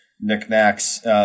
knickknacks